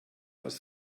als